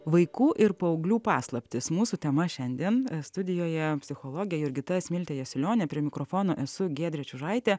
vaikų ir paauglių paslaptys mūsų tema šiandien studijoje psichologė jurgita smiltė jasiulionė prie mikrofono esu giedrė čiužaitė